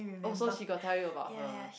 oh she got tell you about her